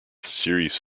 series